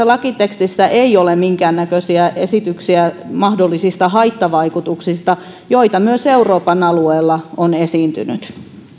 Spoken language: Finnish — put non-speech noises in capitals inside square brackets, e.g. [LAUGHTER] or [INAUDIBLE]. [UNINTELLIGIBLE] lakitekstissä ei ole minkäännäköisiä esityksiä mahdollisista haittavaikutuksista joita myös euroopan alueella on esiintynyt